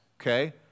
okay